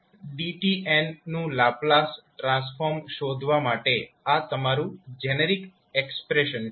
તો dnfdtn નું Laplace transform શોધવા માટે આ તમારૂ જેનરિક એક્સપ્રેશન છે